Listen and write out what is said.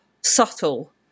subtle